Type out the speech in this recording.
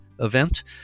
event